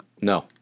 No